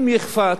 אם יחפוץ,